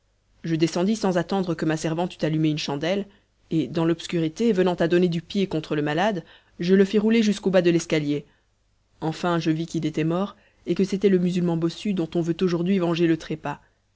je descendis sans attendre que ma servante eût allumé une chandelle et dans l'obscurité venant à donner du pied contre le malade je le fis rouler jusqu'au bas de l'escalier enfin je vis qu'il était mort et que c'était le musulman bossu dont on veut aujourd'hui venger le trépas